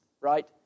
right